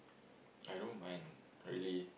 I don't mind really